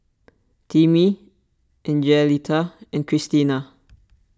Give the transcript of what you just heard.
Timmy Angelita and Kristina